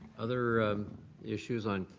other issues on